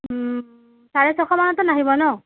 চাৰে ছশ মানতো নাহিব ন